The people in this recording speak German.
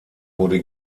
wurde